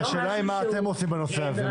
השאלה היא מה אתם עושים בנושא הזה,